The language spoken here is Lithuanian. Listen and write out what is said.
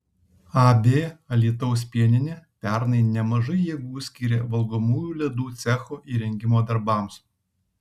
ab alytaus pieninė pernai nemažai jėgų skyrė valgomųjų ledų cecho įrengimo darbams